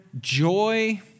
joy